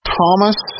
Thomas